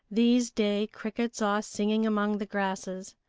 these day crickets are singing among the grasses.